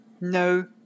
No